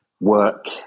Work